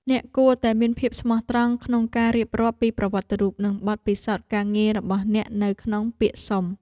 អ្នកគួរតែមានភាពស្មោះត្រង់ក្នុងការរៀបរាប់ពីប្រវត្តិរូបនិងបទពិសោធន៍ការងាររបស់អ្នកនៅក្នុងពាក្យសុំ។